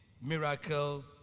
miracle